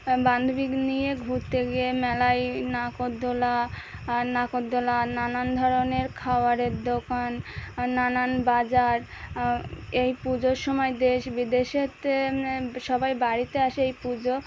বান্ধবী নিয়ে ঘুরতে গিয়ে মেলায় নাগরদোলা নাগরদোলা নানান ধরনের খাওয়ারের দোকান নানান বাজার এই পুজোর সময় দেশ বিদেশেতে সবাই বাড়িতে আসে এই পুজো